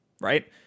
right